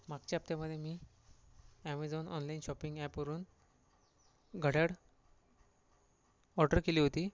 मागच्या हप्त्यामध्ये मी अॅमेझॉन ऑनलाईन शॉपिंग अॅपवरून घड्याड ऑर्डर केली होती